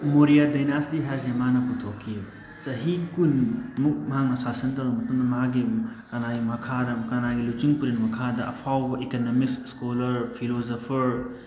Maurya dynasty ꯍꯥꯏꯁꯦ ꯃꯥꯅ ꯄꯨꯊꯣꯛꯈꯤꯌꯦꯕ ꯆꯍꯤ ꯀꯨꯟꯃꯨꯛ ꯃꯍꯥꯛꯅ ꯁꯥꯁꯟ ꯇꯧꯔꯕ ꯃꯇꯨꯡꯗ ꯃꯥꯒꯤ ꯀꯅꯥꯒꯤ ꯃꯈꯥꯗ ꯀꯅꯥꯒꯤ ꯂꯨꯆꯤꯡꯄꯨꯔꯦꯜ ꯃꯈꯥꯗ ꯑꯐꯥꯎꯕ ꯏꯀꯅꯃꯤꯛꯁ ꯏꯁꯀꯣꯂꯥꯔ ꯐꯤꯂꯣꯖꯣꯐꯔ